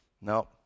No